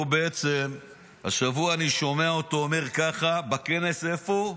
השבוע אני שומע אותו אומר ככה בכנס, איפה?